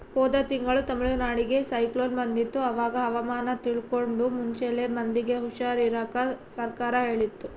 ಹೋದ ತಿಂಗಳು ತಮಿಳುನಾಡಿಗೆ ಸೈಕ್ಲೋನ್ ಬಂದಿತ್ತು, ಅವಾಗ ಹವಾಮಾನ ತಿಳ್ಕಂಡು ಮುಂಚೆಲೆ ಮಂದಿಗೆ ಹುಷಾರ್ ಇರಾಕ ಸರ್ಕಾರ ಹೇಳಿತ್ತು